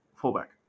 fullback